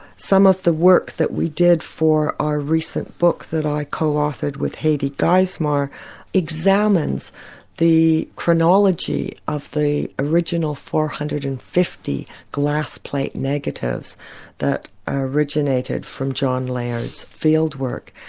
some of the work that we did for our recent book that i co-authored with haidy geismar examines the chronology of the original four hundred and fifty glass plate negatives that originated from john layard's fieldwork.